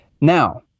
now